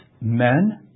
men